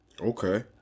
Okay